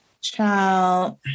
Child